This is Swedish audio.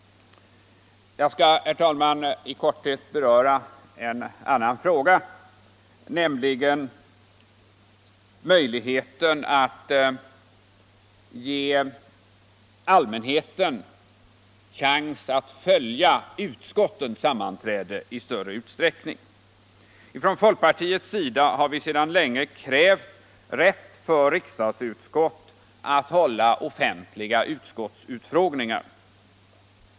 Herr talman! Jag skall i korthet beröra en annan fråga, nämligen möjligheten att ge allmänheten chans att i större utsträckning följa utskottens sammanträden. Folkpartiet har sedan länge krävt rätt för riksdagsutskott att hålla offentliga utfrågningar.